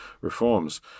reforms